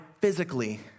physically